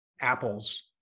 Apple's